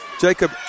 Jacob